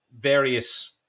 various